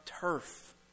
turf